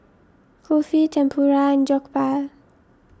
Kulfi Tempura and Jokbal